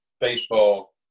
baseball –